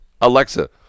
Alexa